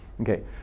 Okay